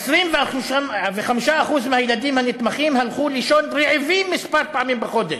25% מהילדים הנתמכים הלכו לישון רעבים כמה פעמים בחודש.